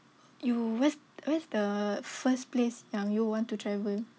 you where's where's the first place yang you want to travel